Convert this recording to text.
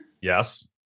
Yes